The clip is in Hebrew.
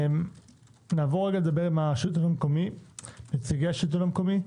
נעבור לדבר עם נציגי השלטון המקומי.